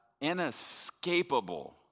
inescapable